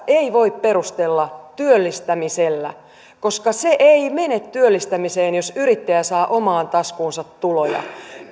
sitä ei voi perustella työllistämisellä koska se ei mene työllistämiseen jos yrittäjä saa omaan taskuunsa tuloja